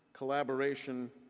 collaboration,